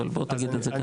בוא תגיד את זה כאן.